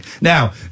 Now